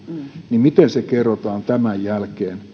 niin miten se kerrotaan tämän jälkeen